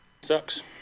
Sucks